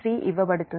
3 ఇవ్వబడుతుంది